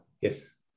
Yes